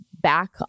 back